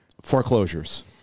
foreclosures